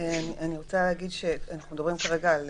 אנחנו מדברים כרגע על